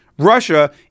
Russia